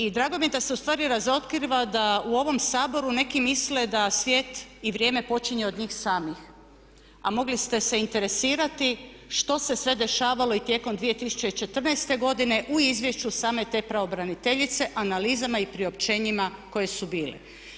I drago mi je da se ustvari razotkriva da u ovom Saboru neki misle da svijet i vrijeme počinje od njih samih a mogli ste se interesirati što se sve dešavalo i tijekom 2014. godine u izvješću same te pravobraniteljice analizama i priopćenjima koje su bile.